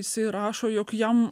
jisai rašo jog jam